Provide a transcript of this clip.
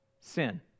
sin